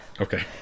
Okay